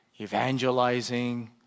evangelizing